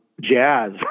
Jazz